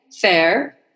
fair